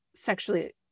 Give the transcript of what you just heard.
sexually